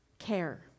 care